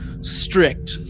strict